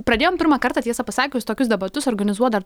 pradėjom pirmą kartą tiesą pasakius tokius debatus organizuot dar